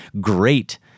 great